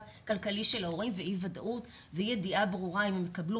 כלכלי של הורים ואי ודאות ואי ידיעה ברורה אם יקבלו